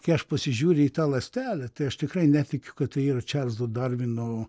kai aš pasižiūriu į tą ląstelę tai aš tikrai netikiu kad tai yra čarlzo darvino